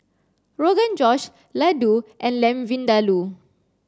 Rogan Josh Ladoo and Lamb Vindaloo